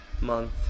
month